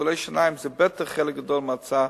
טיפולי שיניים זה בטח חלק גדול מההוצאה.